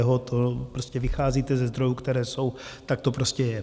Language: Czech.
To prostě vycházíte ze zdrojů, které jsou, tak to prostě je.